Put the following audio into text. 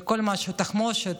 תחמושת,